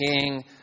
king